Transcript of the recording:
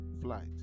flight